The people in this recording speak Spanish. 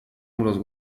muros